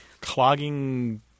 clogging